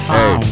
Hey